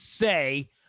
say